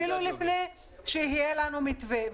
אפילו לפני שיהיה לנו מתווה.